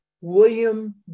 William